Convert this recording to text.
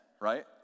right